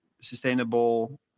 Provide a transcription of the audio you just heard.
sustainable